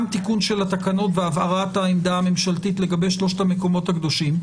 תיקון של התקנות והבהרת העמדה הממשלתית לגבי שלושת המקומות הקדושים,